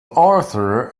arthur